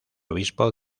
obispo